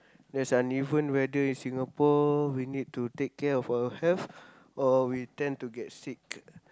there's uneven weather in Singapore we need to take care of our health or we tend to get sick